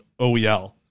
OEL